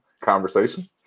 conversation